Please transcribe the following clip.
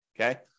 okay